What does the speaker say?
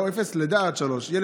לא אפס, לידה עד שלוש,